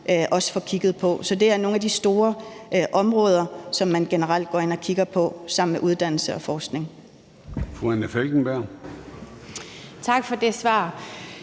også får kigget på. Så det er nogle af de store områder, som man generelt går ind og kigger på, sammen med uddannelse og forskning.